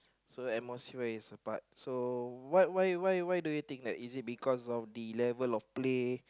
so atmosphere is a part so what why why why do you think that is it because of the level of play